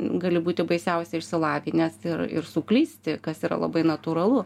gali būti baisiausiai išsilavinęs ir ir suklysti kas yra labai natūralu